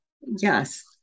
Yes